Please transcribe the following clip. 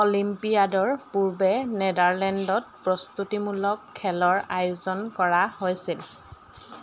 অলিম্পিয়াডৰ পূৰ্বে নেদাৰলেণ্ডত প্ৰস্তুতিমূলক খেলৰ আয়োজন কৰা হৈছিল